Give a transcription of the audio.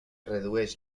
redueix